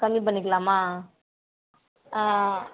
கம்மி பண்ணிக்கலாமா ஆ